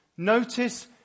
Notice